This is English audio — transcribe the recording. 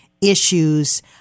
issues